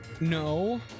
No